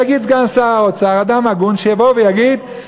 שיבוא ויגיד סגן שר האוצר, אדם הגון, שיבוא ויגיד,